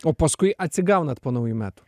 o paskui atsigaunat po naujų metų